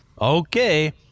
Okay